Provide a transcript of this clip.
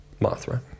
Mothra